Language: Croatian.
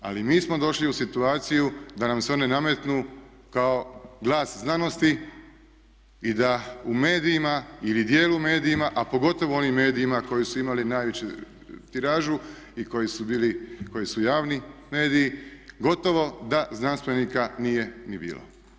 Ali mi smo došli u situaciju da nam se one nametnu kao glas znanosti i da u medijima ili djelu medija a pogotovo onim medijima koji su imali najveću tiražu i koji su bili, koji su javni mediji, gotovo da znanstvenika nije ni bilo.